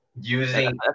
using